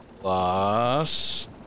Plus